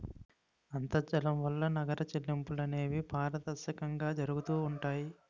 అంతర్జాలం వలన నగర చెల్లింపులు అనేవి పారదర్శకంగా జరుగుతూ ఉంటాయి